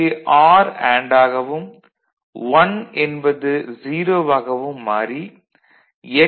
இங்கு R and ஆகவும் 1 என்பது 0 ஆகவும் மாறி x